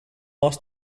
last